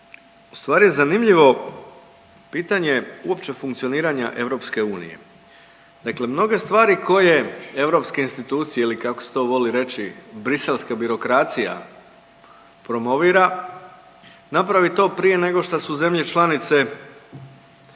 ustvari je zanimljivo pitanje uopće funkcioniranja EU, dakle mnoge stvari koje europske institucije ili kako se to voli reći briselska birokracija promovira napravi to prije nego šta su zemlje članice se